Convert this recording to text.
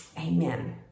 Amen